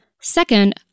Second